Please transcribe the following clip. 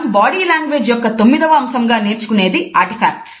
మనం బాడీలాంగ్వేజ్ యొక్క 9వ అంశంగా నేర్చుకునేది ఆర్టిఫెక్ట్స్